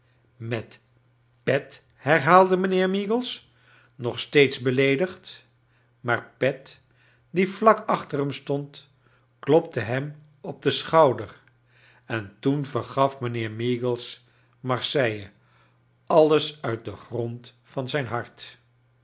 met pet herhaalde mijnheer meagles nog steeds beleedigd maar pet die vlak achter hem stond klopte hem op den schouder en toen vergaf mijnheer meagles marseille alles uit den grond van zijn hart